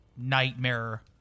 nightmare